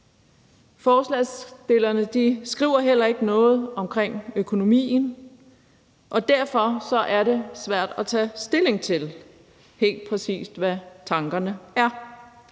Forslagsstillerne skriver heller ikke noget om økonomien, og derfor er det svært at tage stilling til, hvad tankerne helt